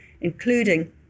including